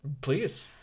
Please